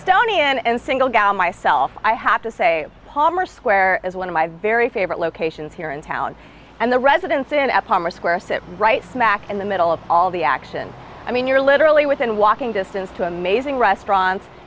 etonian and single gal myself i have to say palmer square is one of my very favorite locations here in town and the residence inn at palmer square sit right smack in the middle of all the action i mean you're literally within walking distance to amazing restaurants